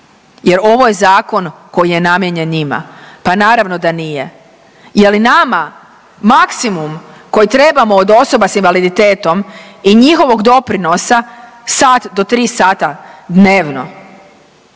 jer ovo je zakon koji je namijenjen njima? Pa naravno da nije. Je li nama maksimum koji trebamo od osoba s invaliditetom i njihovog doprinosa sat do 3 sata dnevno,